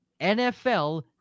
NFL